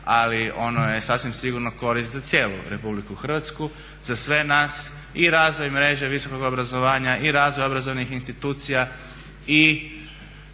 ali ono je sasvim sigurno korist za cijelu RH, za sve nas. I razvoje mreže visokog obrazovanja, i razvoj obrazovnih institucija,